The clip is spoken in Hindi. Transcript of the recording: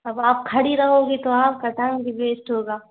अब आप खड़ी रहोगी तो आपका टाइम भी वेस्ट होगा